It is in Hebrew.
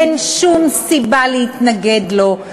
אין שום סיבה להתנגד לו,